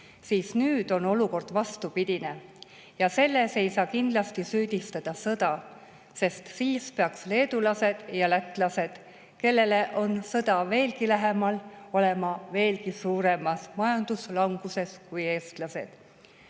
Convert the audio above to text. nüüd on olukord vastupidine. Ja selles ei saa kindlasti süüdistada sõda, sest siis peaks leedulased ja lätlased, kellele on sõda veelgi lähemal, olema suuremas majanduslanguses kui eestlased.